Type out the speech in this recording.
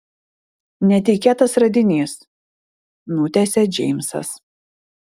netikėtas radinys nutęsia džeimsas